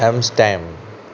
Amsterdam